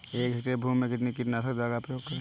एक हेक्टेयर भूमि में कितनी कीटनाशक दवा का प्रयोग करें?